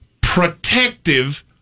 protective